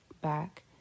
back